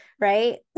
right